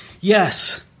yes